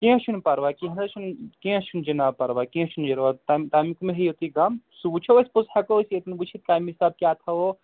کیٚنٛہہ چھُنہٕ پَرواے کیٚنٛہہ نہَ حظ چھُنہٕ کیٚنٛہہ چھُنہٕ جِناب پَرواے کیٚنہہ چھُنہٕ تہٕ تَمیُک مٔہ ہیٚیِو تُہۍ غم سُہ وُچھو أسۍ پوٚتُس ہیٚکو أسۍ ییٚتٮ۪ن وُچھِتھ کَمہِ حِساب کیٛاہ تھاوَو